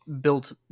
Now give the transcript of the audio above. built